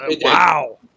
wow